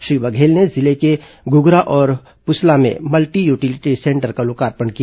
श्री बघेल ने जिले के घुघरा और पुसला में मल्टीयूटिलिटी सेंटर का लोकार्पण किया